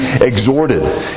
exhorted